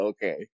Okay